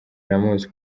ramos